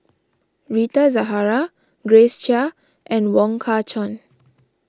Rita Zahara Grace Chia and Wong Kah Chun